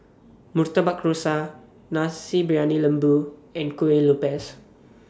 Rusa Nasi Briyani Lembu and Kueh Lopes